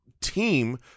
team